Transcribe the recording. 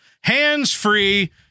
hands-free